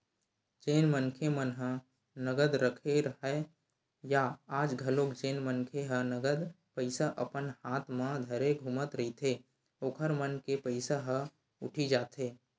जेन मनखे मन ह नगद रखे राहय या आज घलोक जेन मन ह नगद पइसा अपन हात म धरे घूमत रहिथे ओखर मन के पइसा ह उठी जाथे